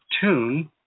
tune